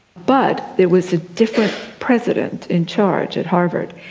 but there was a different president in charge at harvard,